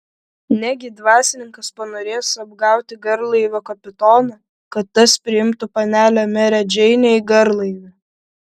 negi dvasininkas panorės apgauti garlaivio kapitoną kad tas priimtų panelę merę džeinę į garlaivį